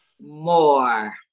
more